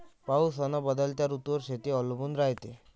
पाऊस अन बदलत्या ऋतूवर शेती अवलंबून रायते